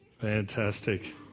fantastic